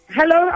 Hello